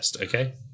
okay